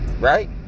Right